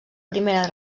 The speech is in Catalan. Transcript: primera